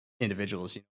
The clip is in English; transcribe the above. individuals